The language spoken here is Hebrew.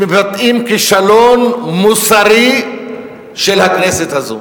אחד הביטויים שמבטאים כישלון מוסרי של הכנסת הזאת.